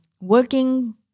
working